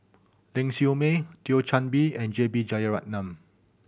Ling Siew May Thio Chan Bee and J B Jeyaretnam